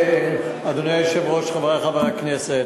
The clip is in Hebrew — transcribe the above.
אדוני היושב-ראש, חברי חברי הכנסת,